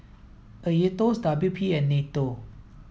AETOS W P and NATO